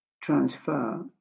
transfer